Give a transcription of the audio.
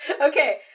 Okay